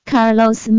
Carlos